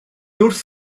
wrth